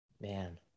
Man